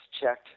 checked